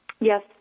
Yes